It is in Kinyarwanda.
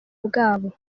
bwabo